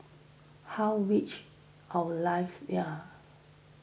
how wretched our lives the are